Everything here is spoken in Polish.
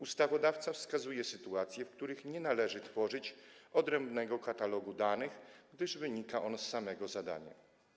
Ustawodawca wskazuje sytuacje, w których nie należy tworzyć odrębnego katalogu danych, gdyż wynika on z samego zadania.